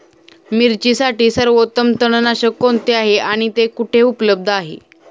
मिरचीसाठी सर्वोत्तम तणनाशक कोणते आहे आणि ते कुठे उपलब्ध आहे?